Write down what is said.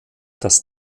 das